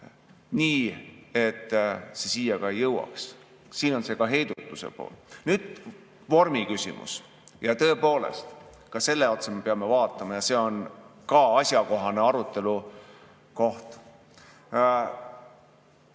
kõik, et see siia ka ei jõuaks. Siin on ka see heidutuse pool. Nüüd vormiküsimus. Tõepoolest, ka selle otsa me peame vaatama ja see on ka asjakohane arutelu koht.